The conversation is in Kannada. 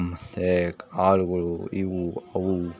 ಮತ್ತೆ ಕಾಳ್ಗುಳು ಇವು ಅವು